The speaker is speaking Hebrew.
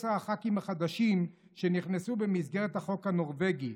הח"כים החדשים שנכנסו במסגרת החוק הנורבגי.